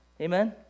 Amen